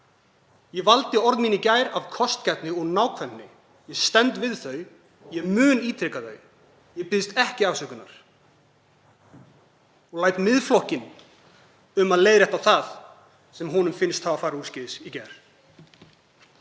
Ég valdi orð mín í gær af kostgæfni og nákvæmni. Ég stend við þau. Ég mun ítreka þau. Ég biðst ekki afsökunar og læt Miðflokkinn um að leiðrétta það sem honum finnst hafa farið úrskeiðis í gær.